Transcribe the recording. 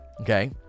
okay